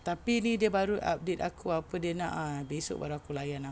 tapi ni dia baru update aku apa dia nak esok baru aku layan ah